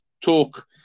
talk